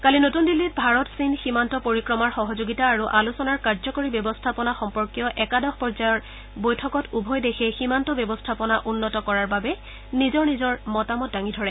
কালি নতুন দিল্লীত ভাৰত চীন সীমান্ত পৰিক্ৰমাৰ সহযোগিতা আৰু আলোচনাৰ কাৰ্যকৰী ব্যৱস্থা সম্পৰ্কীয় একাদশ পৰ্যায়ৰ বৈঠকত উভয় দেশে সীমান্ত ব্যৱস্থাপনা উন্নত কৰাৰ বাবে নিজৰ নিজৰ মতামত দাঙি ধৰে